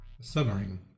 Submarine